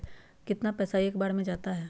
कितना पैसा एक बार में जाता है?